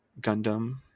Gundam